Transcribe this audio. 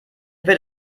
wird